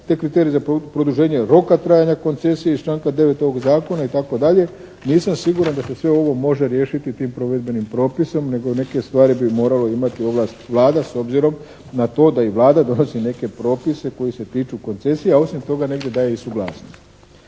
te kriterij za produženje roka trajanja koncesije iz članka 9. ovog zakona itd. Nisam siguran da se sve ovo može riješiti tim provedbenim propisom, nego neke stvari bi morao imati ovlast Vlada s obzirom na to da i Vlada donosi neke propise koji se tiču koncesija, a osim toga negdje daje i suglasnost.